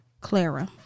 Clara